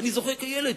ואני זוכר כילד,